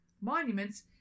monuments